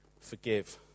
forgive